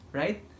right